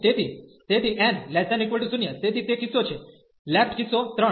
તેથી તેથી n≤0 તેથી તે કિસ્સો છે લેફટ કિસ્સો 3